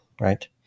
right